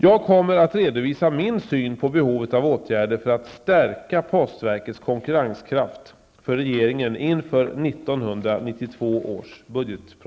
Jag kommer att redvisa min syn på behovet av åtgärder för att stärka postverkets konkurrenskraft för regeringen inför